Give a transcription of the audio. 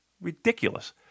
Ridiculous